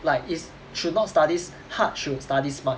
like it's should not study hard should study smart